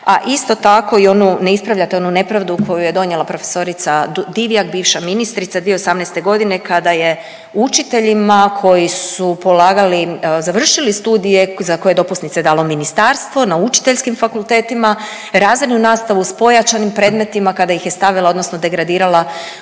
a isto tako i onu, ne ispravljate onu nepravdu koju je donijela profesorica Divjak, bivša ministrica 2018. godine kada je učiteljima koji su polagali, završili studije za koje je dopusnice dalo ministarstvo na učiteljskim fakultetima razrednu nastavu sa pojačanim predmetima kada ih je stavila odnosno degradirala